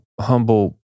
humble